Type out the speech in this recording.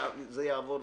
זה יעבור.